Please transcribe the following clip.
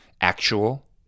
actual